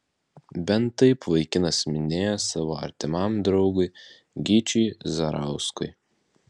bent taip vaikinas minėjo savo artimam draugui gyčiui zarauskui